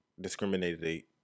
discriminated